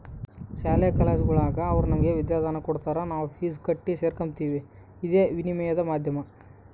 ಶಾಲಾ ಕಾಲೇಜುಗುಳಾಗ ಅವರು ನಮಗೆ ವಿದ್ಯಾದಾನ ಕೊಡತಾರ ನಾವು ಫೀಸ್ ಕಟ್ಟಿ ಸೇರಕಂಬ್ತೀವಿ ಇದೇ ವಿನಿಮಯದ ಮಾಧ್ಯಮ